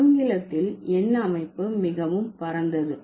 ஆங்கிலத்தில் எண் அமைப்பு மிகவும் பரந்தது